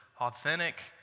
authentic